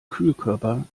kühlkörper